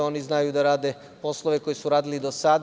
Oni znaju da rade poslove koje su radili do sada.